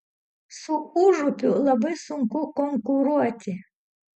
su užupiu labai sunku konkuruoti